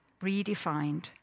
redefined